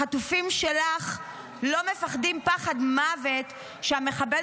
החטופים שלך לא מפחדים פחד מוות שהמחבל